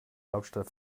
hauptstadt